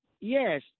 Yes